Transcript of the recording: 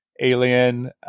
Alien